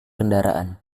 kendaraan